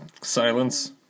silence